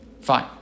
Fine